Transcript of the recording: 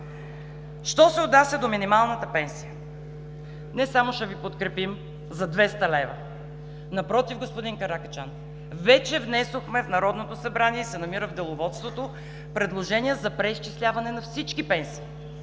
Що се отнася до минималната пенсия – не само ще Ви подкрепим за 200 лв. Напротив, господин Каракачанов, вече внесохме в Народното събрание и се намира в Деловодството предложение за преизчисляване на всички пенсии.